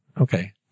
Okay